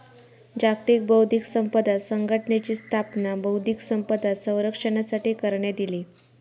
जागतिक बौध्दिक संपदा संघटनेची स्थापना बौध्दिक संपदा संरक्षणासाठी करण्यात इली